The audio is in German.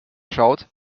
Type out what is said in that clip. schaut